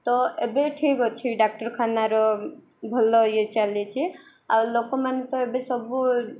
ତ ଏବେ ଠିକ୍ ଅଛି ଡାକ୍ଟରଖାନାର ଭଲ ଇଏ ଚାଲିଛି ଆଉ ଲୋକମାନେ ତ ଏବେ ସବୁ